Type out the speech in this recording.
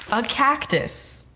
but cactus,